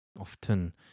Often